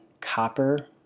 copper